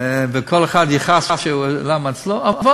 וכל אחד יכעס למה אצלו, אבל